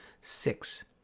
six